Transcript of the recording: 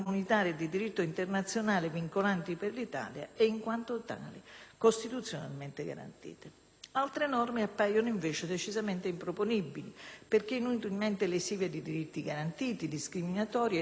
Altre norme appaiono invece decisamente improponibili, perché inutilmente lesive di diritti garantiti, discriminatorie e tali da allontanare il nostro Paese da principi costituzionali e da atteggiamenti propri di una società civile.